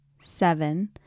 seven